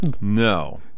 No